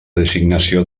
designació